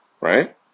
Right